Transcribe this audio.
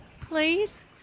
Please